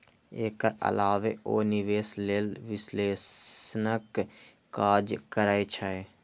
एकर अलावे ओ निवेश लेल विश्लेषणक काज करै छै